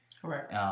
Correct